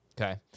Okay